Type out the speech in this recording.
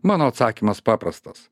mano atsakymas paprastas